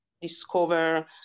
discover